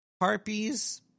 harpies